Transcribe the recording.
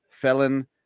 Felon